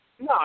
No